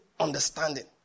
understanding